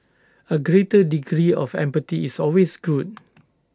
A greater degree of empathy is always good